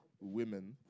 women